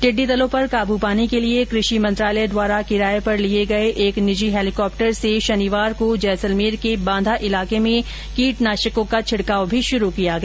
टिड़डी दलों पर काबू पाने के लिए कृषि मंत्रालय द्वारा किराये पर लिये गये एक निजी हैलीकॉप्टर से शनिवार को जैसलमेर के बांधा इलाके में कीटनाशकों का छिडकाव शुरू किया गया